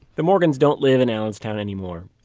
the morgans don't live in allenstown anymore,